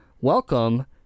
welcome